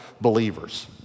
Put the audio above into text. believers